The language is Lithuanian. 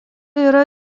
yra